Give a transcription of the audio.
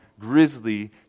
grizzly